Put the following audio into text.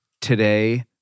today